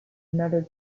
another